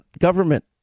government